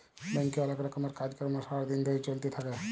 ব্যাংকে অলেক রকমের কাজ কর্ম সারা দিন ধরে চ্যলতে থাক্যে